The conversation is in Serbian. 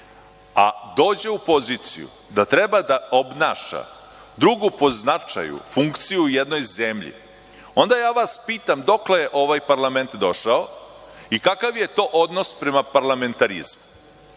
a dođe u poziciju da treba da obnaša drugu po značaju funkciju u jednoj zemlji, onda ja vas pitam dokle je ovaj parlament došao i kakav je to odnos prema parlamentarizmu.